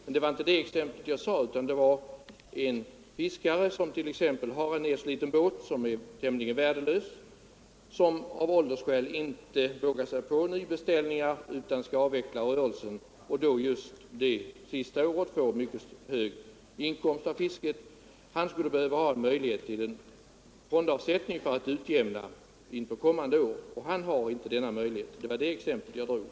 Men det var inte det exemplet som jag nämnde, utan det avsåg en fiskare som har en nedsliten och tämligen värdelös båt och som av åldersskäl inte vågar göra en nybeställning utan tänker avveckla rörelsen. Under sitt sista fiskeår får han en mycket hög inkomst av fisket och skulle då behöva en möjlighet till fondavsättning för att utjämna inkomsten kommande år. Någon sådan möjlighet har han dock inte.